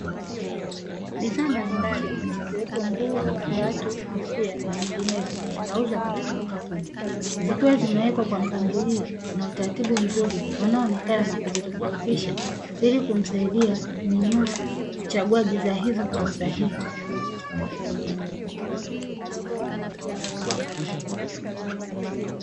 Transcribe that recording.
Bidhaa mbalimbali zikiwepo nguo, viatu, kofia na nyinginezo zinauzwa katika duka kubwa zikiwa zimewekwa kwa mpangilio na utaratibu mzuri unaonekana na kuzitofautisha ili kumsaidia mnunuzi kuchagua bidhaa hizo kwa usahihi.